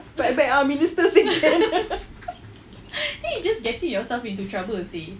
like but our minister said can